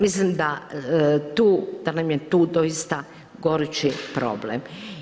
Mislim da nam je tu doista gorući problem.